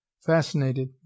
Fascinated